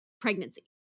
pregnancy